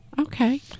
Okay